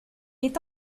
est